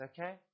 Okay